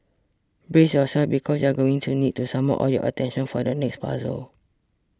brace yourselves because you're going to need to summon all your attention for the next puzzle